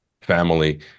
family